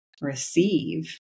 receive